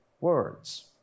words